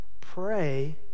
pray